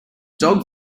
dog